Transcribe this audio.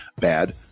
bad